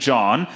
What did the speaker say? John